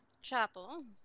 chapel